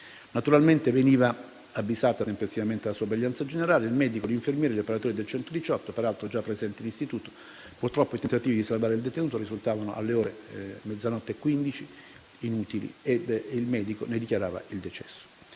Naturalmente, venivano avvisati tempestivamente la sorveglianza generale, il medico, l'infermiere e gli operatori del 118, peraltro già presenti in istituto. Purtroppo, i tentativi di salvare il detenuto risultavano inutili e, alle ore 00,15 il medico ne dichiarava il decesso.